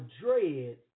dread